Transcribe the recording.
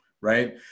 right